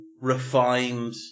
refined